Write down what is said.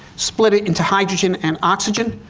split it into hydrogen and oxygen,